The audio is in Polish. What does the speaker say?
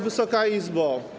Wysoka Izbo!